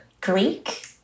Greek